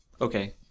Okay